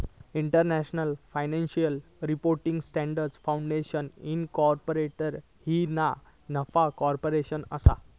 international financial reporting standards foundation incorporated ही ना नफा कॉर्पोरेशन असा